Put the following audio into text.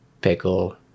pickle